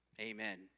amen